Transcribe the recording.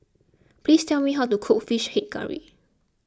please tell me how to cook Fish Head Curry